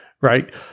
Right